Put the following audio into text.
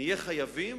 נהיה חייבים,